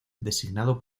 designado